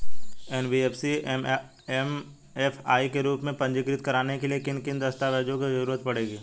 NBFC MFI के रूप में पंजीकृत कराने के लिए किन किन दस्तावेजों की जरूरत पड़ेगी?